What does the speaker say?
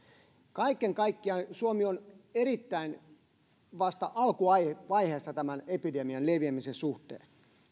kaiken kaikkiaan suomi on vasta erittäin alkuvaiheessa tämän epidemian leviämisen suhteen